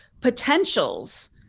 potentials